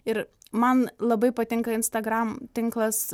ir man labai patinka instagram tinklas